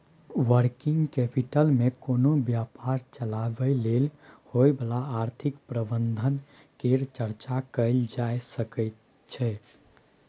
working capital मे कोनो व्यापार चलाबय लेल होइ बला आर्थिक प्रबंधन केर चर्चा कएल जाए सकइ छै